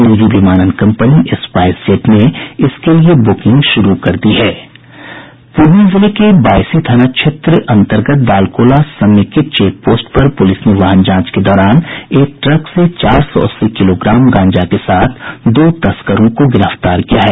निजी विमानन company SpiceJet ने इसके लिए बुकिंग शुरू कर दी है पूर्णिया जिले के बायसी थाना क्षेत्र के दालकोला समेकित चेक पोस्ट पर पुलिस ने वाहन जांच के दौरान एक ट्रक से चार सौ अस्सी किलोग्राम गांजा के साथ दो तस्करों को गिरफ्तार किया है